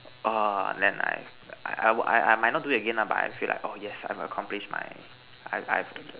orh then I I I might not do it again lah but I feel like oh yes I've accomplished my I I've